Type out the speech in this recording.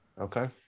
Okay